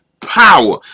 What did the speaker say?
power